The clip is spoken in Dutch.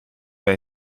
bij